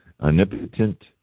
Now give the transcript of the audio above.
omnipotent